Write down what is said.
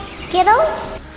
Skittles